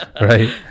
right